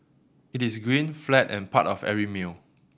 it is green flat and part of every meal